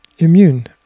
Immune